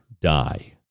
die